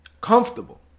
comfortable